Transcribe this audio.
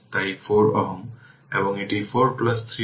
সুতরাং কোন কারেন্ট প্রবাহিত হবে না তাই সার্কিট এরকম হবে